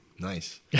Nice